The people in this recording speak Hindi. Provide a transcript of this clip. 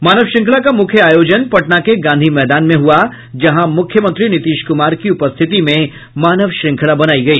मानव श्रृंखला का मुख्य आयोजन पटना के गांधी मैदान में हुआ जहां मुख्यमंत्री नीतीश कुमार की उपस्थिति में मानव श्रृंखला बनाई गई